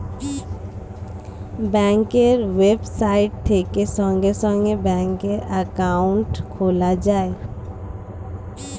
ব্যাঙ্কের ওয়েবসাইট থেকে সঙ্গে সঙ্গে ব্যাঙ্কে অ্যাকাউন্ট খোলা যায়